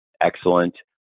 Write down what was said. excellent